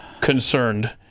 concerned